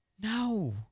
No